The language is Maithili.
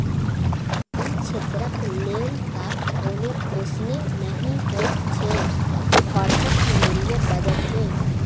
अपन क्षेत्रक लेल तँ कोनो घोषणे नहि होएत छै भारतक केंद्रीय बजट मे